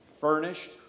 furnished